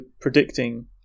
predicting